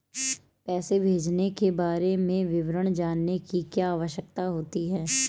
पैसे भेजने के बारे में विवरण जानने की क्या आवश्यकता होती है?